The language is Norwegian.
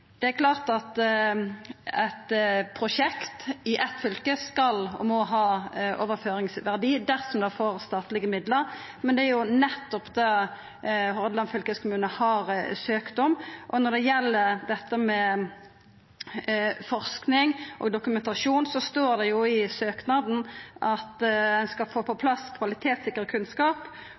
Det er klart at eit prosjekt i eitt fylke skal og må ha overføringsverdi dersom ein får statlege midlar, men det er nettopp det Hordaland fylkeskommune har søkt om. Og når det gjeld forsking og dokumentasjon, står det i søknaden at ein skal få på plass kvalitetssikra kunnskap